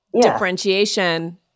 differentiation